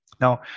Now